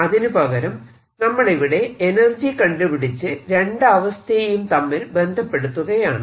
അതിനുപകരം നമ്മൾ ഇവിടെ എനർജി കണ്ടുപിടിച്ച് രണ്ടു അവസ്ഥയെയും തമ്മിൽ ബന്ധപ്പെടുത്തുകയാണ്